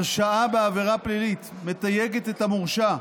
הרשעה בעבירה פלילית מתייגת את המורשע,